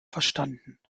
verstanden